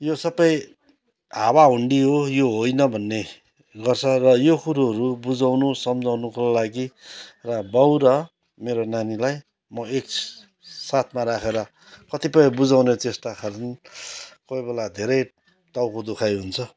यो सबै हावा हुन्डी हो यो होइन भन्ने गर्छ र यो कुरोहरू बुझाउनु सम्झाउनुको लागि र बाउ र मेरो नानीलाई म एक साथमा राखेर कतिपय बुझाउने चेष्टाहरू कोही बेला धेरै टाउको दुखाइ हुन्छ